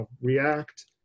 React